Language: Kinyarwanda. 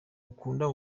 ukunda